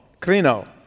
krino